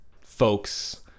folks